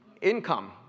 Income